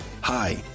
hi